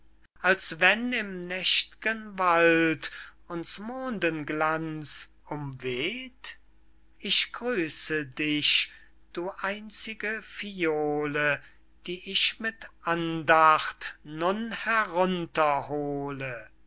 als wenn im nächt'gen wald uns mondenglanz umweht ich grüße dich du einzige phiole die ich mit andacht